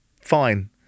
fine